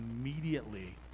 immediately